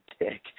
dick